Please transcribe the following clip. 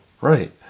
right